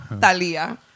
Talia